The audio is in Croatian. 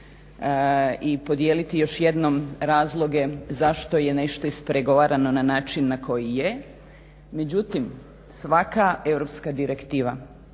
i podijeliti još jednom razloge zašto je nešto ispregovarano na način na koji je. Međutim, svaka europska direktiva